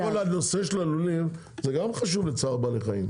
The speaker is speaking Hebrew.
סך הכל הנושא של הלולים זה גם חשוב לצער בעלי חיים.